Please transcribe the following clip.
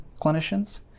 clinicians